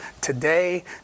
today